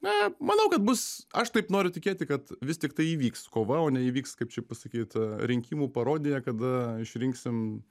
na manau kad bus aš taip noriu tikėti kad vis tik tai įvyks kova o neįvyks kaip čia pasakyt rinkimų parodija kada išrinksim